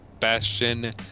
Bastion